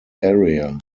area